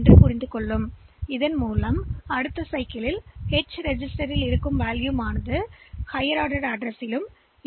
எனவே இந்த எச் ரெஜிஸ்டர்மதிப்பு உயர் வரிசை முகவரி பஸ்ஸில் வைக்கப்படுகிறது